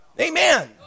amen